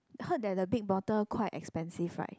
heard that the big bottle quite expensive right